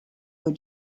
were